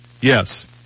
Yes